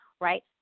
right